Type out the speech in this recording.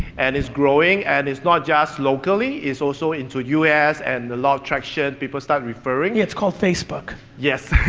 and it's growing, and it's not just locally, it's also into u s. and a lot of traction, people start referring. yeah, it's called facebook. yes.